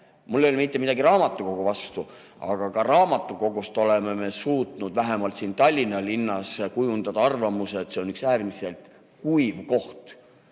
Mul ei ole mitte midagi raamatukogu vastu, aga raamatukogust oleme me suutnud vähemalt siin Tallinna linnas kujundada arvamuse, et see on üks äärmiselt kuiv koht.